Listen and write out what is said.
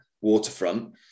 waterfront